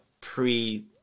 pre